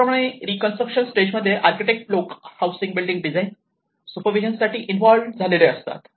त्याचप्रमाणे रिकंस्ट्रक्शन स्टेजमध्ये आर्किटेक्ट लोक housing building design supervision साठी इन्व्हॉल्व्ह होतात